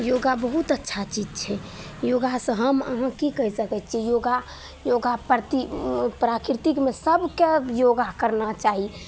योगा बहुत अच्छा चीज छै योगासे हम अहाँ कि कहि सकै छिए योगा योगा परती ओ प्राकृतिकमे सभकेँ योगा करना चाही